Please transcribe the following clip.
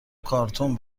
کارتون